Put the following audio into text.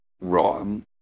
Wrong